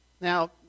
Now